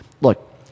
look